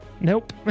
Nope